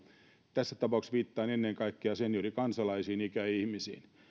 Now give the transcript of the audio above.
tässä tapauksessa viittaan ennen kaikkea seniorikansalaisiin ikäihmisiin